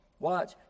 Watch